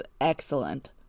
excellent